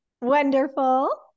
Wonderful